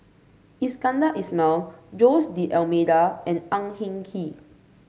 Iskandar Ismail Jose D Almeida and Ang Hin Kee